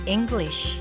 English